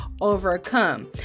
overcome